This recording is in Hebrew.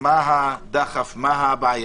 שאומרים: מה הדחף, מה הבעיה.